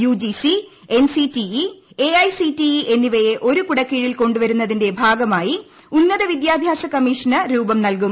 UGC NCTE AICTE എന്നിവയെ ഒരു കുടകീഴിൽ കൊണ്ടു വരുന്നതിന്റെ ഭാഗമായി ഉന്നത വിദ്യാഭ്യാസ കമ്മീഷന് രൂപം നൽകും